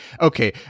okay